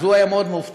אז הוא היה מאוד מופתע,